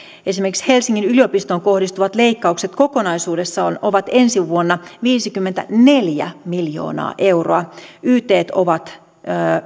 esimerkiksi helsingin yliopistoon kohdistuvat leikkaukset kokonaisuudessaan ovat ensi vuonna viisikymmentäneljä miljoonaa euroa ytt ovat